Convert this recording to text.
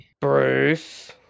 Bruce